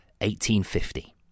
1850